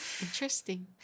Interesting